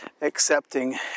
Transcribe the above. accepting